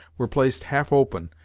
were placed half open,